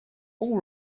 all